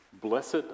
Blessed